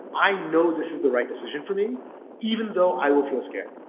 i know this is the right decision for me even though i will feel scared,